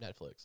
Netflix